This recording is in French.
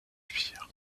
navire